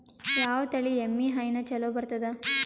ಯಾವ ತಳಿ ಎಮ್ಮಿ ಹೈನ ಚಲೋ ಬರ್ತದ?